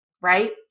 right